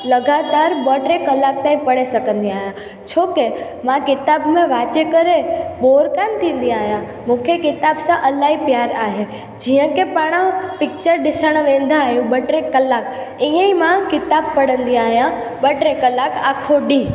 लॻातार ॿ टे कलाक ताईं पढ़ी सघंदी आहियां छोकी मां किताबु में वाचे करे बोर कानि थींदी आहियां मूंखे किताबु सां इलाही प्यारु आहे जीअं की पाण पिचर ॾिसणु वेंदा आहियूं ॿ टे कलाक ईअं ई मां किताबु पढ़ंदी आहियां ॿ टे कलाक आखो ॾींहुं